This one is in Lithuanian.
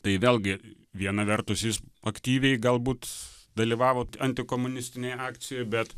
tai vėlgi viena vertus jis aktyviai galbūt dalyvavo antikomunistinėje akcijoj bet